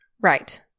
Right